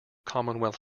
commonwealth